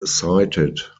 cited